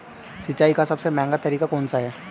सिंचाई का सबसे महंगा तरीका कौन सा है?